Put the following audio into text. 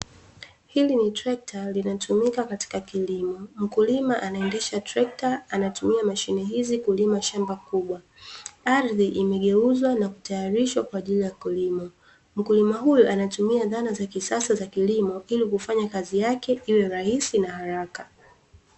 Hili ni trekta linatumika katika kilimo, mkulima anaendesha trekta anatumia mashine hizi kulima shamba kubwa. Ardhi imegeuzwa na kutayarishwa kwa ajili ya kilimo. Mkulima huyo anatumia dhana za kisasa za kilimo ilikufanya kazi yake iwe rahisi na haraka.